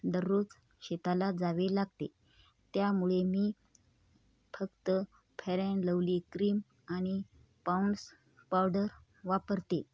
दररोज शेताला जावे लागते त्यामुळे मी फक्त फेर अँड लवली क्रीम आणि पाऊंड्स पावडर वापरते